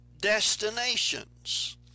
Destinations